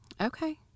Okay